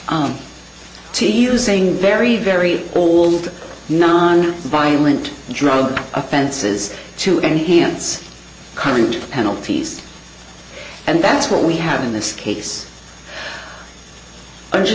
to using very very old non violent drug offenses to enhance current penalties and that's what we have in this case and